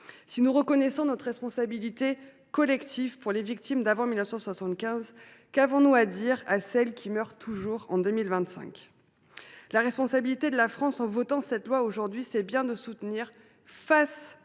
Si nous reconnaissons notre responsabilité pour les victimes d’avant 1975, qu’avons nous à dire à celles qui meurent toujours en 2025 ? La responsabilité de la France, en votant cette loi, c’est bien de soutenir, face